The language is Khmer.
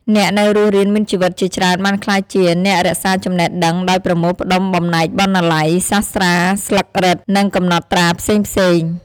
អ្នកនៅរស់រានមានជីវិតជាច្រើនបានក្លាយជា អ្នករក្សាចំណេះដឹង ដោយប្រមូលផ្ដុំបំណែកបណ្ណាល័យ សាស្ត្រាស្លឹករឹត និងកំណត់ត្រាផ្សេងៗ។